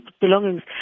belongings